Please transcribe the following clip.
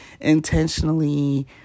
intentionally